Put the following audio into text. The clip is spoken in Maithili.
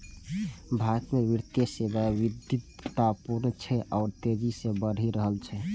भारत मे वित्तीय सेवा विविधतापूर्ण छै आ तेजी सं बढ़ि रहल छै